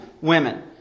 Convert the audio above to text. women